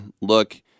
look